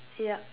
ya